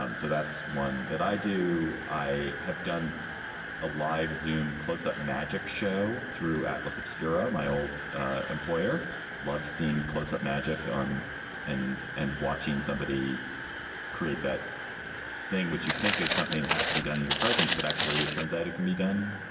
um so that's one that i do. i have done a live zoom close up magic show through atlas obscura. my old employer loved scene close up magic on and. and watching somebody create that thing, which you think is something that has to be done in your presence. but actually, it turns out it can be done.